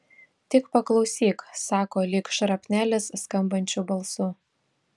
tik paklausyk sako lyg šrapnelis skambančiu balsu